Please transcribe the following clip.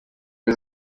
mbi